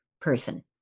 person